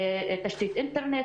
תשתית אינטרנט,